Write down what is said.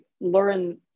learn